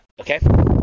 Okay